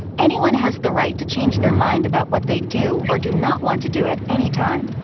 anyone has the right to change their mind about what they do, or do not want to do at any time.